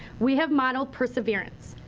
we have modeled perseverance.